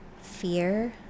fear